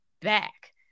back